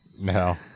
No